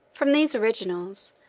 from these originals,